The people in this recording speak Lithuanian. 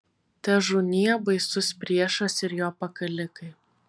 težūnie baisus priešas ir jo pakalikai